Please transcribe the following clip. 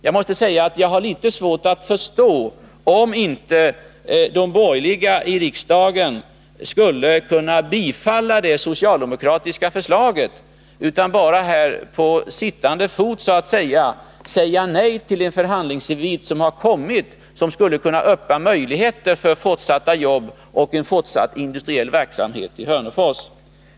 Jag måste säga att jag har litet svårt att förstå om inte de borgerliga i riksdagen skulle kunna bifalla det socialdemokratiska förslaget i stället för att bara här på stående fot säga nej till den förhandlingsinvit som skulle kunna öppna möjligheter för fortsatta jobb och en fortsatt industriell verksamhet i Hörnefors.